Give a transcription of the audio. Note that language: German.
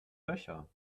löcher